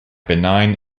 benign